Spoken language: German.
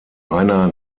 einer